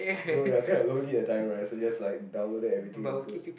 no you're kinda lonely at that time right so just like download everything that you could